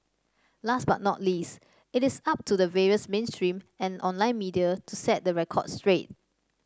last but not least it is up to the various mainstream and online media to set the record straight